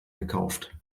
gekauft